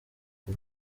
aka